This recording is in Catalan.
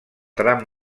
tram